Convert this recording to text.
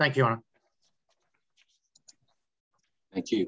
thank you thank you